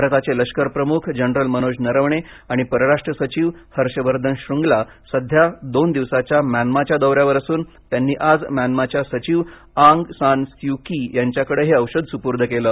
भारताचे लष्करप्रमुख जनरल मनोज नरवणे आणि परराष्ट्र सचिव हर्षवर्धन श्रुन्गला सध्या दोन दिवसाच्या म्यानमाच्या दौऱ्यावर असून त्यांनी आज म्यानमाच्या सचिव आंग सान स्यू की यांच्याकडे हे औषध सुपूर्द केलं